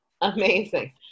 amazing